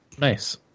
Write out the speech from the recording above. nice